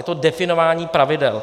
Je to definování pravidel.